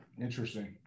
Interesting